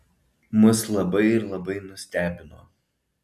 mus labai ir labai nustebino